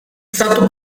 stato